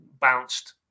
bounced